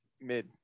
Mid